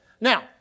Now